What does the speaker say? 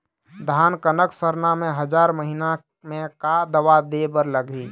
धान कनक सरना मे हजार महीना मे का दवा दे बर लगही?